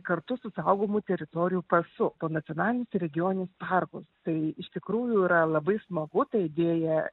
kartu su saugomų teritorijų pasu po nacionalinius regioninius parkus tai iš tikrųjų yra labai smagu ta idėja